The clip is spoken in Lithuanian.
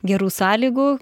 gerų sąlygų